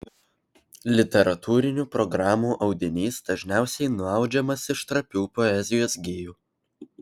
literatūrinių programų audinys dažniausiai nuaudžiamas iš trapių poezijos gijų